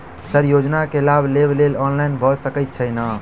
Sir योजना केँ लाभ लेबऽ लेल ऑनलाइन भऽ सकै छै नै?